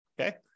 Okay